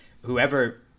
whoever